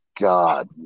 God